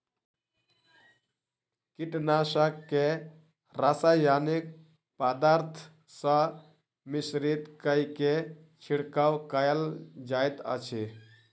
कीटनाशक के रासायनिक पदार्थ सॅ मिश्रित कय के छिड़काव कयल जाइत अछि